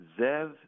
Zev